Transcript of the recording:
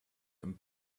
and